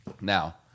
Now